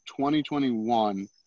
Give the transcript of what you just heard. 2021